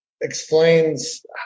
explains